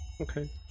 Okay